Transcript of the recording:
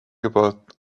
about